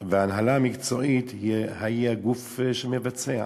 וההנהלה המקצועית היא הגוף שמבצע.